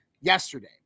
yesterday